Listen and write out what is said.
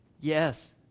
Yes